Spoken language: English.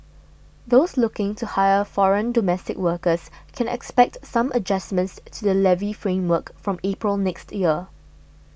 those looking to hire foreign domestic workers can expect some adjustments to the levy framework from April next year